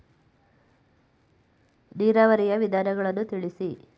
ನೀರಾವರಿಯ ವಿಧಾನಗಳನ್ನು ತಿಳಿಸಿ?